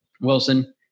Wilson